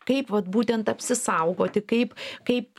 kaip vat būtent apsisaugoti kaip kaip